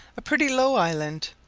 a pretty low island,